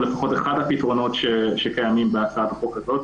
לפחות אחד הפתרונות שקיימים בהצעת החוק הזאת.